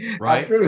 Right